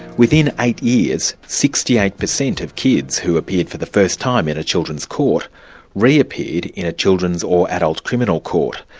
within eight years, sixty eight percent of kids who appeared for the first time in a children's court reappeared in a children's or adult criminal court.